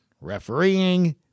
Refereeing